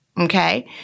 okay